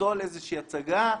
לפסול איזושהי הצגה,